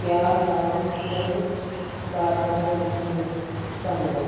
ਪਿਆਰ ਨਾਲ ਇਹਨਾਂ ਨੂੰ ਲਾਡ ਨਾਲ ਦੇਖਦੀ ਹਾਂ ਧੰਨਵਾਦ